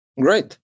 Great